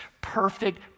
perfect